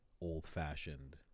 old-fashioned